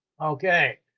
okay